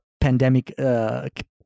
pandemic